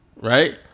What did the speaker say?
Right